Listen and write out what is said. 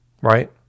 right